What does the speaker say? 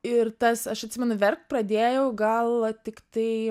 ir tas aš atsimenu verkt pradėjau gal tiktai